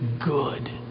good